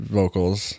vocals